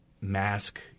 mask